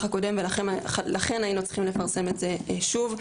הקודם ולכן היינו צריכים לפרסם את זה שוב.